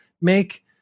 make